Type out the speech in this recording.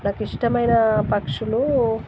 నాకు ఇష్టమైన పక్షులు